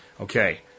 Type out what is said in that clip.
Okay